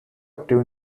active